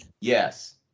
Yes